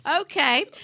Okay